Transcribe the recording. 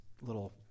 little